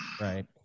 Right